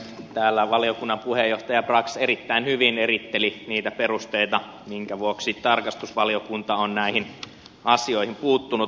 täällä valiokunnan puheenjohtaja brax erittäin hyvin eritteli niitä perusteita minkä vuoksi tarkastusvaliokunta on näihin asioihin puuttunut